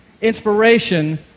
inspiration